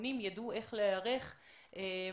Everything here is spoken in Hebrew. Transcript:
שהארגונים ידעו איך להיערך גם